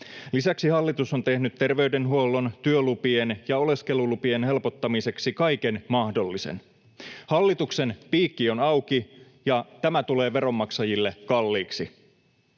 Lisäksi hallitus on tehnyt terveydenhuollon, työlupien ja oleskelulupien helpottamiseksi kaiken mahdollisen. Hallituksen piikki on auki, ja tämä tulee veronmaksajille kalliiksi.